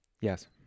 yes